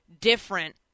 different